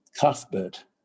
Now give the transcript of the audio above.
Cuthbert